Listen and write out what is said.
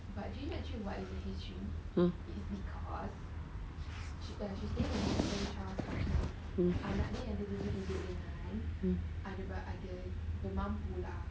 mm oo mm mm